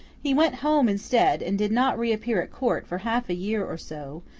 he went home instead, and did not reappear at court for half a year or so,